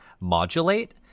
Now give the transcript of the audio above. modulate